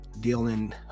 dealing